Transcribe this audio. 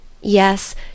Yes